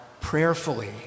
prayerfully